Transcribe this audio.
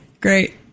Great